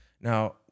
Now